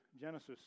Genesis